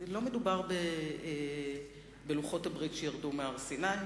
לא מדובר בלוחות הברית שירדו מהר-סיני,